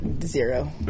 Zero